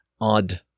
odd